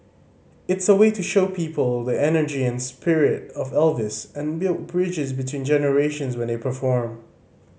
it's a way to show people the energy and spirit of Elvis and build bridges between generations when they perform